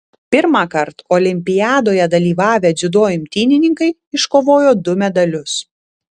pirmąkart olimpiadoje dalyvavę dziudo imtynininkai iškovojo du medalius